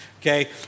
okay